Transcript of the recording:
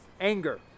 anger